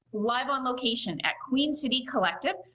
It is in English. live on location at queen city collective,